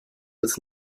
des